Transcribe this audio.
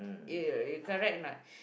you you you correct or not